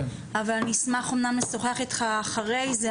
אבל אני אשמח אמנם לשוחח איתך אחרי זה,